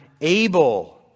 able